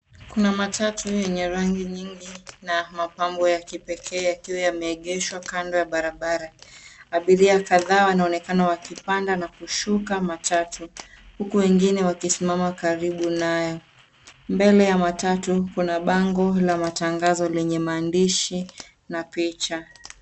Kuna matatu lenye rangi nyingi na mapambo ya kipekee, yakiwa yameegeshwa kando ya barabara. Abiria kadhaa wanaonekana wakipanda na kushuka matatu, huku wengine wakisimama karibu nayo. Mbele ya matatu kuna bango la matangazo lenye maandishi na picha.